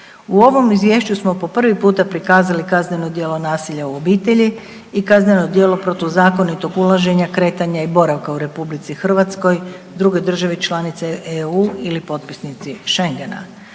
U ovom Izvješću smo po prvi puta prikazali kazneno djelo nasilja u obitelji i kazneno djelo protuzakonitog ulaženja, kretanja i boravka u RH, drugoj državi članici EU ili potpisnici Schengena.